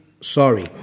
sorry